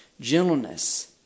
Gentleness